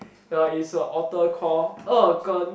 ya is a author called Er-Gen